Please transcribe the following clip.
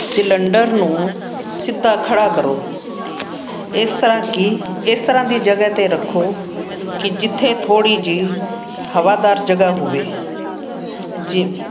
cylinder ਨੂੰ ਸਿੱਧਾ ਖੜ੍ਹਾ ਕਰੋ ਇਸ ਤਰ੍ਹਾਂ ਕਿ ਇਸ ਤਰ੍ਹਾਂ ਦੀ ਜਗ੍ਹਾ 'ਤੇ ਰੱਖੋ ਕਿ ਜਿੱਥੇ ਥੋੜ੍ਹੀ ਜਿਹੀ ਹਵਾਦਾਰ ਜਗ੍ਹਾ ਹੋਵੇ ਜਿ